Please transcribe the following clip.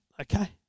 okay